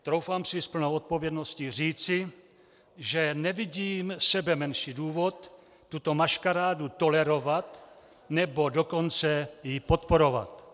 Troufám si s plnou odpovědností říci, že nevidím sebemenší důvod tuto maškarádu tolerovat, nebo ji dokonce podporovat.